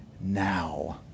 now